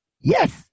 Yes